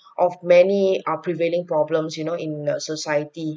of many err prevailing problems you know in the society